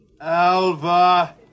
Alva